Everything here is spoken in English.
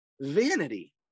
vanity